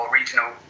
regional